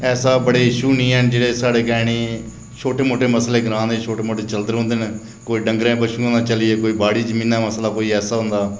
ऐसा बडे इशयू नेईं हेन जेहड़े साढ़े केह नी छोटे मोटे मसले ग्रां दे छोटे मोटे मसले ग्रां दे चलदे रौंहदे ना कोई डंगर बच्छे दा चली गेआ कोई बाड़ी जमीना दा मसला कोई ऐसा होंदा